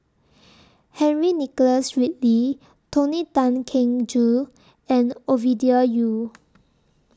Henry Nicholas Ridley Tony Tan Keng Joo and Ovidia Yu